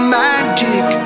magic